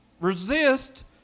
Resist